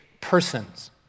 persons